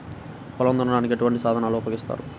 పొలం దున్నడానికి ఎటువంటి సాధనలు ఉపకరిస్తాయి?